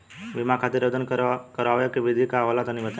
बीमा खातिर आवेदन करावे के विधि का होला तनि बताईं?